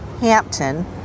Hampton